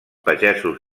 pagesos